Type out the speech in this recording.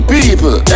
People